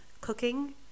cooking